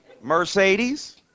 Mercedes